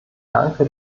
danke